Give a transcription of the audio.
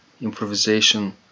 improvisation